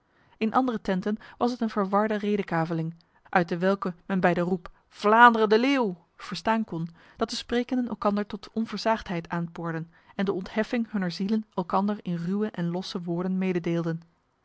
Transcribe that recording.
in andere tenten was het een verwarde redekaveling uit dewelke men bij de roep vlaanderen de leeuw verstaan kon dat de sprekenden elkander tot onversaagdheid aanporden en de ontheffing hunner zielen elkander in ruwe en losse woorden mededeelden